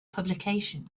publication